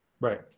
Right